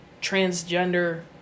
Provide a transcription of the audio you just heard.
transgender